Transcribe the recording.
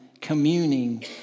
communing